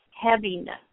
heaviness